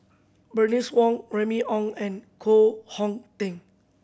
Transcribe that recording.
Bernice Wong Remy Ong and Koh Hong Teng